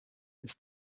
its